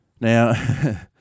Now